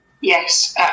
yes